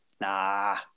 nah